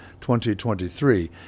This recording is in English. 2023